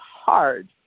hard